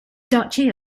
duchy